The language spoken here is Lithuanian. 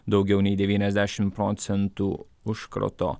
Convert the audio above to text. daugiau nei devyniasdešim procentų užkrato